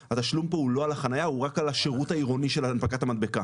התשלום פה הוא לא על החנייה הוא רק על השירות העירוני של הנפקת המדבקה,